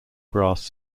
grass